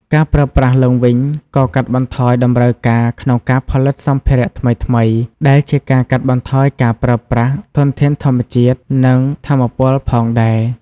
ការប្រើប្រាស់ឡើងវិញក៏កាត់បន្ថយតម្រូវការក្នុងការផលិតសម្ភារៈថ្មីៗ ដែលជាការកាត់បន្ថយការប្រើប្រាស់ធនធានធម្មជាតិ និងថាមពលផងដែរ។